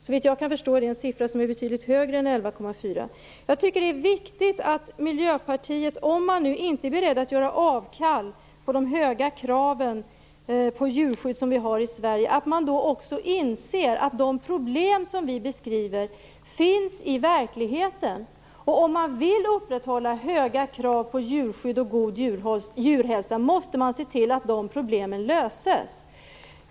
Såvitt jag kan förstå är det en siffra som är betydligt högre än 11,4. Det är viktigt att Miljöpartiet, om man nu inte är beredd att göra avkall på de höga kraven på djurskydd som vi har i Sverige, också inser att de problem som vi beskriver finns i verkligheten. Om man vill upprätthålla höga krav på djurskydd och god djurhälsa måste man se till att de problemen löses.